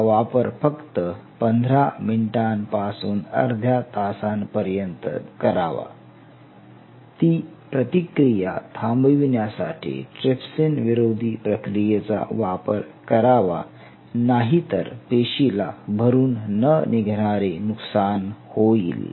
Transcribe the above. हा वापर फक्त 15 मिनिटांपासून अर्ध्या तासापर्यंत करावा ती प्रतिक्रिया थांबविण्यासाठी ट्रिप्सिनविरोधी प्रक्रियेचा वापर करावा नाहीतर पेशीला भरून न निघणारे नुकसान होईल